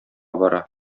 бара